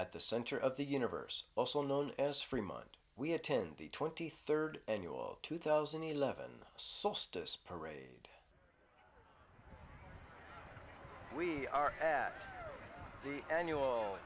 at the center of the universe also known as fremont we attend the twenty third annual two thousand and eleven parade we are yeah the annual